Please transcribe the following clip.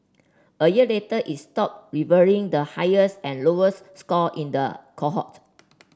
a year later its stopped revealing the highest and lowest score in the cohort